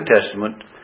Testament